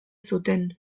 zuten